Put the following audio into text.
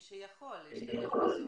מי שיכול להשתמש בזום.